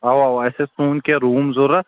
اَوا اَوا اَسہِ ٲسۍ تُہٕنٛدۍ کیٚنٛہہ روٗم ضروٗرت